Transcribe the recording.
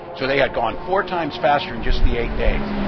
so they had gone four times faster in just the eight days.